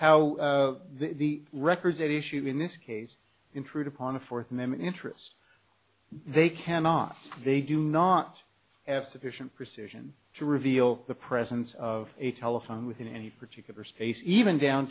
how the records at issue in this case intrude upon the fourth amendment interests they cannot they do not have sufficient precision to reveal the presence of a telephone within any particular space even down